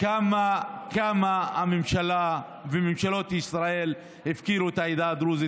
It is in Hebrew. כמה הממשלה וממשלות ישראל הפקירו את העדה הדרוזית